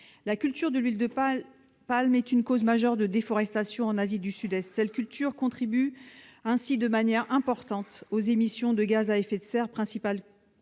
La culture de l'huile de palme est une cause majeure de déforestation en Asie du Sud-Est. Elle contribue ainsi de manière importante aux émissions de gaz à effet de serre, principale